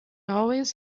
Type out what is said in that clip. always